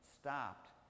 stopped